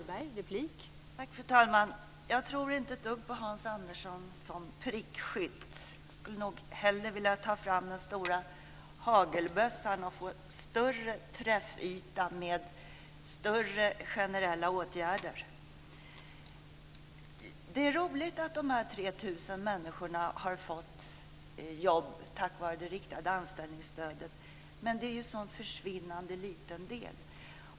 Fru talman! Jag tror inte ett dugg på Hans Andersson som prickskytt. Jag skulle hellre ta fram den stora hagelbössan och få en större träffyta med större generella åtgärder. Det är roligt att de 3 000 människorna har fått jobb tack vare det riktade anställningsstödet. Men det är en sådan försvinnande liten del.